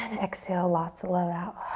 and exhale lots of let out.